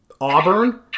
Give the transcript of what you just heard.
Auburn